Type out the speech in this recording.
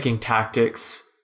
tactics